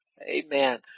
amen